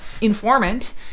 informant